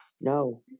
No